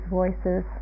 voices